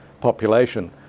population